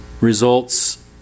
results